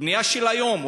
בנייה של היום,